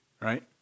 Right